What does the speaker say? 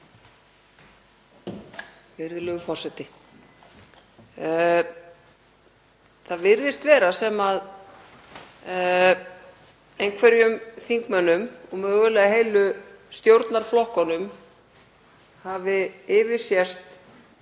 Það virðist vera sem einhverjum þingmönnum og mögulega heilu stjórnarflokkunum hafi yfirsést